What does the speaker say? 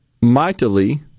mightily